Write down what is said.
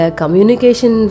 communication